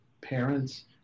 parents